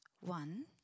One